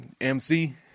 MC